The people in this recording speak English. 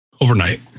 overnight